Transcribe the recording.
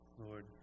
Lord